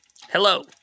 Hello